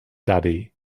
daddy